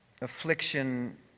affliction